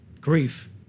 grief